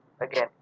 again